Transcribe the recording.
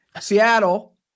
Seattle